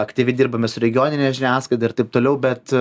aktyviai dirbame su regionine žiniasklaida ir taip toliau bet